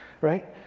right